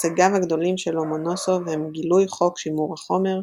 הישגיו הגדולים של לומונוסוב הם גילוי חוק שימור החומר,